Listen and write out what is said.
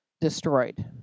destroyed